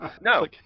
No